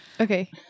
Okay